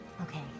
Okay